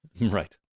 Right